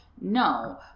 No